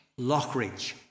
Lockridge